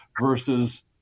versus